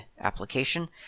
application